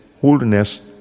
wholeness